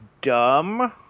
dumb